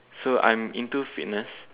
so I'm into fitness